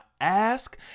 ask